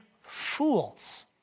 fools